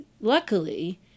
luckily